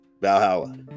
Valhalla